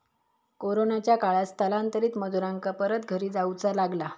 कोरोनाच्या काळात स्थलांतरित मजुरांका परत घरी जाऊचा लागला